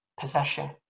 possession